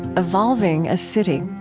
evolving a city.